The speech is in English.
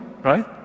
Right